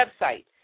website